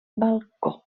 balcó